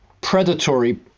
predatory